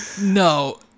No